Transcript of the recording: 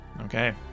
okay